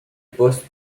poste